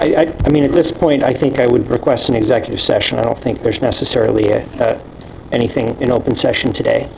idea i mean at this point i think i would request an executive session i don't think there's necessarily anything in open session today